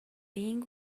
being